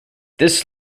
this